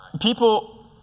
people